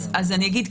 כן.